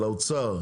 על האוצר,